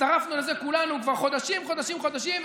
והצטרפנו לזה כולנו כבר חודשים חודשים חודשים,